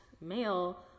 male